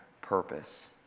purpose